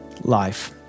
life